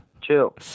chill